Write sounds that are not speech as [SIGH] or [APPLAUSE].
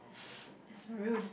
[BREATH] that's rude